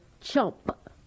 chump